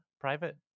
private